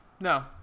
no